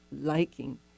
liking